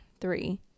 Three